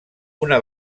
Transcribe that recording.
una